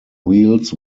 wheels